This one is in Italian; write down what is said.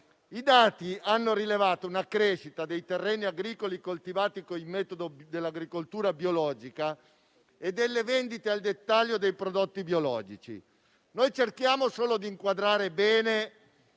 I dati hanno rilevato una crescita dei terreni agricoli coltivati con il metodo dell'agricoltura biologica e delle vendite al dettaglio dei prodotti biologici. Noi cerchiamo non solo di inquadrare bene